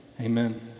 Amen